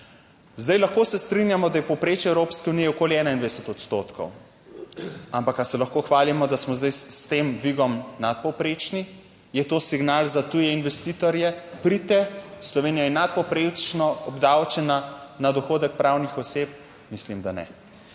Zdaj lahko se strinjamo, da je povprečje Evropske unije okoli 21 odstotkov, ampak ali se lahko hvalimo, da smo zdaj s tem dvigom nadpovprečni? Je to signal za tuje investitorje, pridite, Slovenija je nadpovprečno obdavčena na dohodek pravnih oseb? Mislim, da ne.